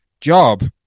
job